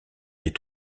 des